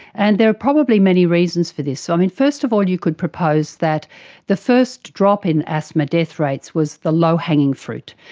and there are probably many reasons for this. so um first of all you could propose that the first drop in asthma death rates was the low hanging fruit.